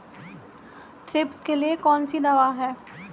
Thrips के लिए कौन सी दवा है?